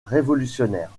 révolutionnaires